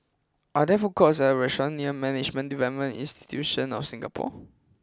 are there food courts or restaurants near Management Development Institution of Singapore